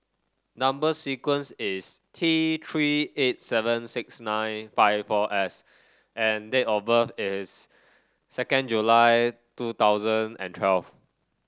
number sequence is T Three eight seven six nine five four S and date of birth is second July two thousand and twelve